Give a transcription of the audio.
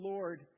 Lord